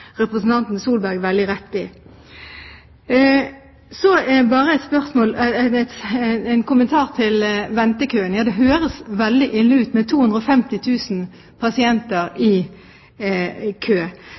representanten Solberg veldig rett i. Så en kommentar til ventekøene. Ja, det høres veldig ille ut med 250 000 pasienter i